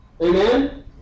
Amen